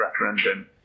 referendum